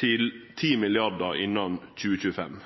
til 10 mrd. kr innan 2025.